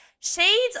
shades